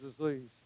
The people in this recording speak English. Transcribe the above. disease